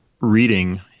reading